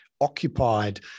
occupied